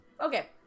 Okay